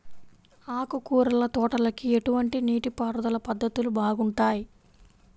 ఆకుకూరల తోటలకి ఎటువంటి నీటిపారుదల పద్ధతులు బాగుంటాయ్?